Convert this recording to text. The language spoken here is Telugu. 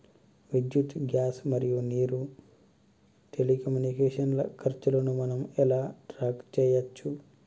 విద్యుత్ గ్యాస్ నీరు మరియు టెలికమ్యూనికేషన్ల ఖర్చులను మనం ఎలా ట్రాక్ చేయచ్చు?